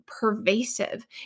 pervasive